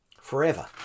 forever